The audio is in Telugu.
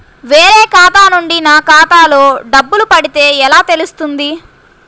వేరే ఖాతా నుండి నా ఖాతాలో డబ్బులు పడితే ఎలా తెలుస్తుంది?